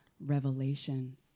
revelation